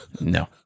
No